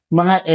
mga